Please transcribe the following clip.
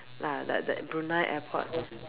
ah like the Brunei airport